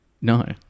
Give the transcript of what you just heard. No